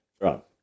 right